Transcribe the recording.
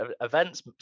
events